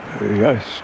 Yes